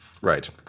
right